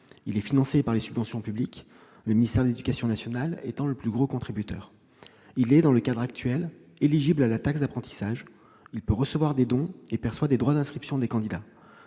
Il est financé par des subventions publiques, le ministère de l'éducation nationale étant le plus gros contributeur. Il est, dans le cadre actuel, éligible à la taxe d'apprentissage. Il peut également recevoir des dons, et perçoit des droits d'inscription des candidats.